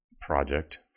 project